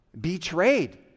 betrayed